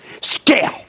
Scale